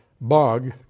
bog